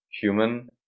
human